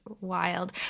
wild